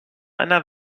einer